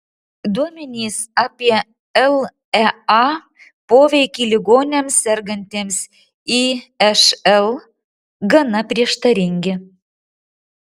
duomenys apie lea poveikį ligoniams sergantiems išl gana prieštaringi